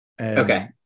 Okay